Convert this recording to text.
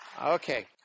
Okay